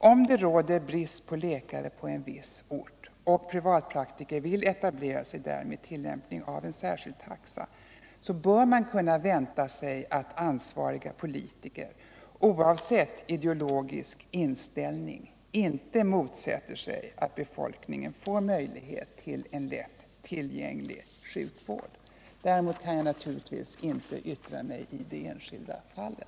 Om det råder brist på läkare på en viss ort och privatpraktiker vill etablera sig där med tillämpning av en särskild taxa, bör man kunna vänta sig att ansvariga politiker oavsett ideologisk inställning inte motsätter sig att befolkningen får möjlighet till en lätt tillgänglig sjukvård. Däremot kan jag naturligtvis inte yttra mig i det enskilda fallet.